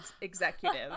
executive